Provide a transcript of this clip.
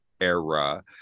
era